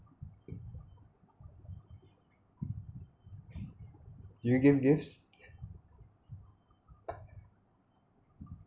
do you give gifts